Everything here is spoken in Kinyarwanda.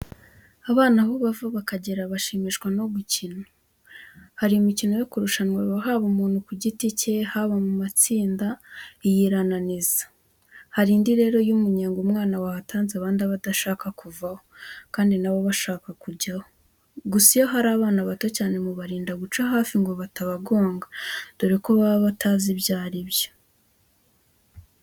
Abana aho bava bakagera bashimishwa no gukina. Hari imikino yo kurushanwa haba umuntu ku giti cye, haba mu matsinda. Iyi irananiza. Hari indi rero y'umunyenga. Umwana wahatanze abandi aba adashaka kuvaho kandi na bo bashaka kujyaho. Gusa iyo hari abana bato cyane mubarinda guca hafi ngo batabagonga, dore ko baba batazi ibyo ari byo.